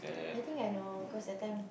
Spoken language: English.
I think I know cause that time